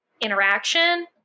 interaction